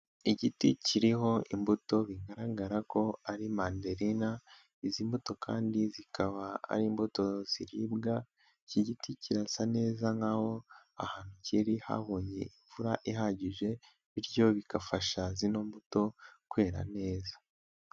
Igiti kiriho imbuto bigaragara ko ari manderina, izi mbuto kandi zikaba ari imbuto ziribwa, iki giti kirasa neza nk'aho ahantu kiri habonye imvura ihagije, bityo bigafasha ziino mbuto kwera neza.